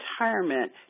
retirement